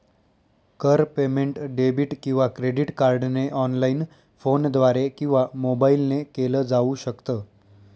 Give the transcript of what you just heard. कर payment debit किंवा credit कार्डने ऑनलाइन, फोनद्वारे किंवा मोबाईल ने केल जाऊ शकत